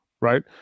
Right